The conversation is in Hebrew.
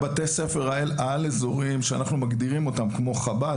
בתי הספר העל-אזוריים שאנחנו מגדירים - כמו חב"ד,